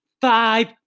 Five